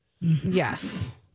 Yes